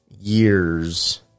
years